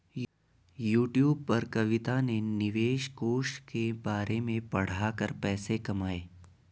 YouTube पर कविता ने निवेश कोष के बारे में पढ़ा कर पैसे कमाए